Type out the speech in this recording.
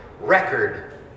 record